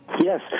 Yes